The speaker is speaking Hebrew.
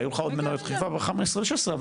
היו עוד מנועי דחיפה ב-2015 וב-2016,